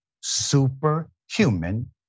superhuman